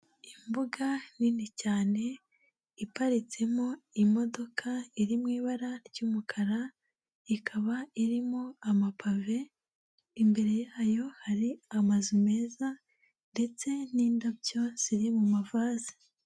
Imbuga nini cyane iparitsemo imodoka iri mu ibara ry'umukara ikaba irimo amapave, imbere yayo hari amazu meza ndetse n'indabyo ziri mu mavaze.